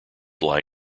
lie